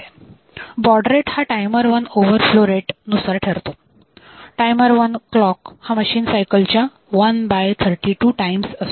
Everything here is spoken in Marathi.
बॉड रेट हा timer one overflow rate नुसार ठरतो टायमर वन क्लॉक हा मशीन सायकलच्या one by thirty two times 132 times असतो